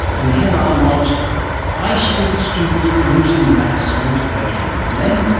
and the headline was high school students losing maths motivation. and then,